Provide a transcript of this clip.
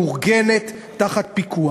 מאורגנת, תחת פיקוח?